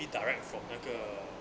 maybe direct from 那个